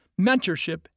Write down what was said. mentorship